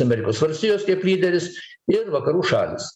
amerikos valstijos kaip lyderis ir vakarų šalys